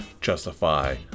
justify